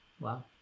wow